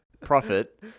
profit